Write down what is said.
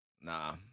Nah